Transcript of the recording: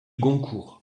goncourt